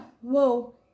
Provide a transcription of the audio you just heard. whoa